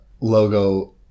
logo